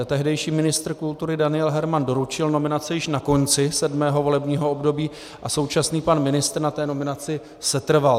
Tehdejší ministr kultury Daniel Herman doručil nominaci již na konci sedmého volebního období a současný pan ministr na té nominaci setrval.